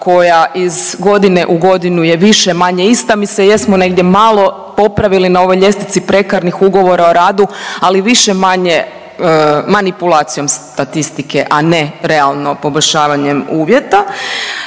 koja iz godine u godinu je više-manje ista. Mi se jesmo negdje malo popravili na ovoj ljestvici prekarnih ugovora o radu, ali više-manje manipulacijom statistike, a ne realno poboljšavanjem uvjeta.